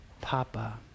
Papa